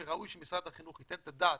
לדעתי ראוי שמשרד החינוך ייתן את הדעת,